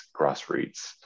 grassroots